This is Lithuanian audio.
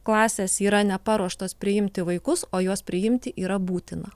klasės yra neparuoštos priimti vaikus o juos priimti yra būtina